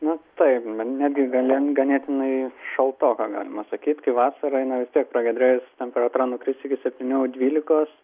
na taip nedidelė ganėtinai šaltoka galima sakyt kai vasara jinai vis tiek pragiedrėjus temperatūra nukris iki septynių dvylikos